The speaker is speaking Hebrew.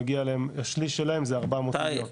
השליש שלהם זה כ-400 מיליון.